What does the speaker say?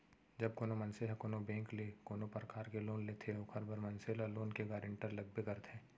जब कोनो मनसे ह कोनो बेंक ले कोनो परकार ले लोन लेथे ओखर बर मनसे ल लोन के गारेंटर लगबे करथे